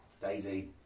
Daisy